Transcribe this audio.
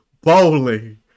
bowling